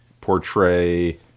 portray